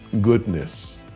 goodness